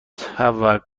توقفی